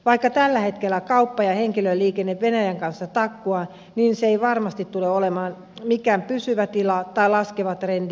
vaikka tällä hetkellä kauppa ja henkilöliikenne venäjän kanssa takkuaa niin se ei varmasti tule olemaan mikään pysyvä tila tai laskeva trendi